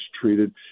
treated